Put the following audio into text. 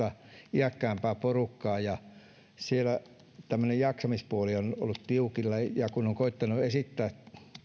iäkkäämpää porukkaa ja siellä tämmöinen jaksamispuoli on ollut tiukilla ja kun on koettanut esittää